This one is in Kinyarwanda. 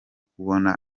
kubona